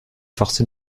forcé